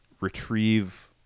retrieve